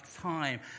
time